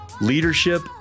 leadership